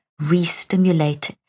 re-stimulate